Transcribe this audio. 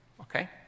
Okay